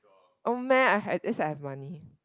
oh man I had that's why I have money